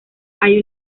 hay